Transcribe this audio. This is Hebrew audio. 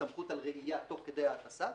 הסתמכות על ראיה תוך כדי הטסה,